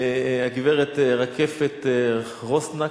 הגברת רקפת רוסנק,